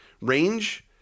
range